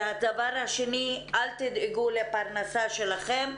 הדבר השני, אל תדאגו לפרנסה שלכם,